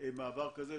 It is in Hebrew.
מעבר כזה,